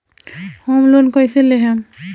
Home loan कैसे लेहम?